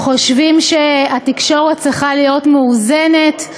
חושבים שהתקשורת צריכה להיות מאוזנת,